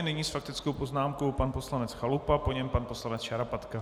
Nyní s faktickou poznámkou pan poslanec Chalupa, po něm pan poslanec Šarapatka.